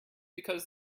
because